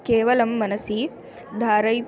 केवलं मनसि धारयितुम्